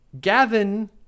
Gavin